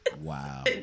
Wow